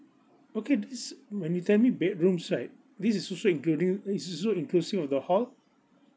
okay that's when you tell me bedrooms right this is also including uh it's also inclusive of the hall